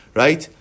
right